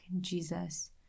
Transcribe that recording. Jesus